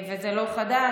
וזה לא חדש.